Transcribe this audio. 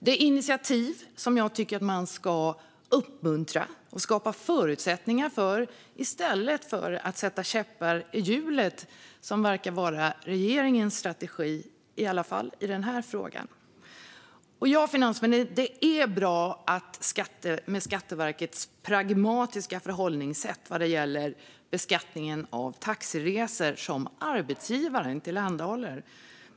Det är initiativ som jag tycker att man ska uppmuntra och skapa förutsättningar för i stället för att sätta käppar i hjulet, vilket i alla fall i den här frågan verkar vara regeringens strategi. Ja, finansministern, Skatteverkets pragmatiska förhållningssätt är bra vad gäller beskattningen av taxiresor som arbetsgivaren tillhandahåller.